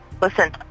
listen